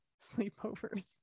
sleepovers